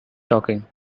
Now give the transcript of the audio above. talking